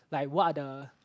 like what are the